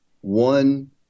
one